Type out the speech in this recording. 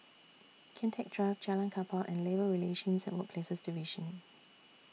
Kian Teck Drive Jalan Kapal and Labour Relations and Workplaces Division